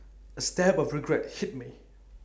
A stab of regret hit me